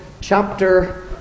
chapter